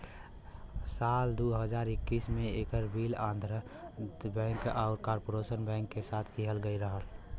साल दू हज़ार इक्कीस में ऐकर विलय आंध्रा बैंक आउर कॉर्पोरेशन बैंक के साथ किहल गयल रहल